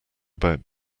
about